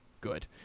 good